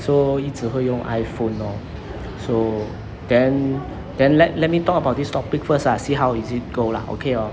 so 一直会用 iphone lor so then then let let me talk about this topic first ah see how is it go lah okay lor